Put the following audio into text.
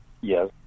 Yes